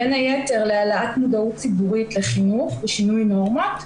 בין היתר להעלאת מודעות ציבורית לחינוך ושינוי נורמות,